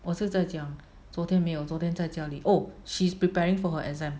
我是在讲昨天没有昨天在家里 oh she's preparing for her exam